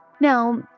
Now